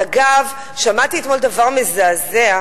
אגב, שמעתי אתמול דבר מזעזע.